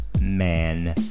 man